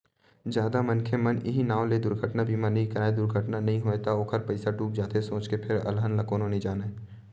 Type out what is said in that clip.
जादा मनखे मन इहीं नांव ले दुरघटना बीमा नइ कराय दुरघटना नइ होय त ओखर पइसा डूब जाथे सोच के फेर अलहन ल कोनो नइ जानय